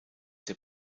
der